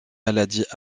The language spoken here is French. maladies